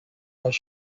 was